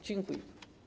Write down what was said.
Dziękuję.